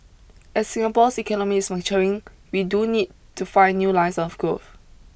as Singapore's economy is maturing we do need to find new lines of growth